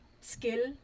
skill